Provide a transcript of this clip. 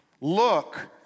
Look